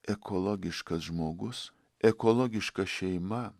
ekologiškas žmogus ekologiška šeima